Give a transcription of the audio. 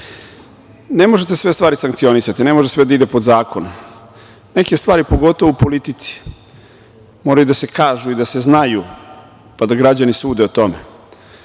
ne možete sve stvari sankcionisati, ne može sve da ide pod zakon, neke stvari pogotovo u politici moraju da se kažu i da se znaju pa da građani sude o